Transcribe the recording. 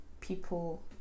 People